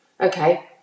Okay